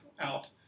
Out